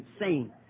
insane